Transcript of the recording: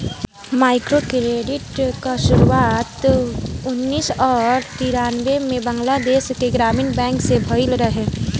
microcredit कअ शुरुआत उन्नीस और तिरानबे में बंगलादेश के ग्रामीण बैंक से भयल रहे